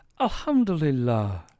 alhamdulillah